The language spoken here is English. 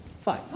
Fine